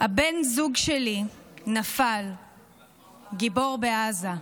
"בן הזוג שלי נפל גיבור בעזה.